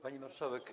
Pani Marszałek!